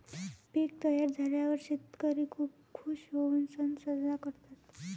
पीक तयार झाल्यावर शेतकरी खूप खूश होऊन सण साजरा करतात